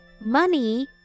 money